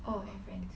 all my friends